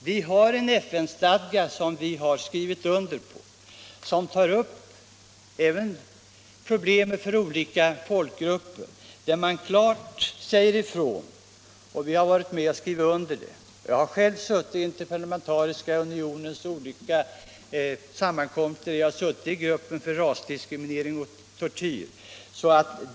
Det finns en FN-stadga som vi har skrivit under och som tar upp olika folkgruppers problem. Jag har själv varit med på Interparlamentariska unionens sammankomster. Jag har tillhört gruppen för rasdiskriminering och tortyr.